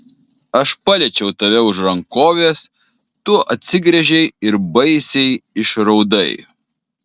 aš paliečiau tave už rankovės tu atsigręžei ir baisiai išraudai